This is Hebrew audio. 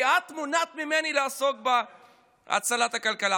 כי את מונעת ממני לעסוק בהצלת הכלכלה.